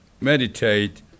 meditate